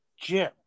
Jim